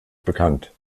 bekannt